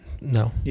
No